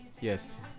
yes